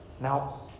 Now